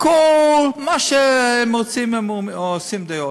הכול, מה שהם רוצים הם עושים דעות.